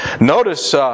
Notice